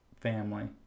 family